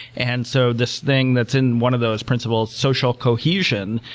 and so this thing that's in one of those principles, social cohesion,